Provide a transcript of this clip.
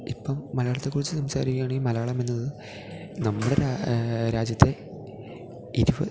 ഇപ്പം മലയാളത്തെക്കുറിച്ച് സംസാരിക്കുകയാണേ മലയാളം എന്നത് നമ്മുടെ രാജ്യത്തെ